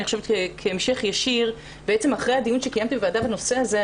אני חושבת כהמשך ישיר בעצם אחרי הדיון שקיימתי בוועדה בנושא הזה,